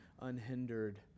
unhindered